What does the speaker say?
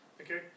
Okay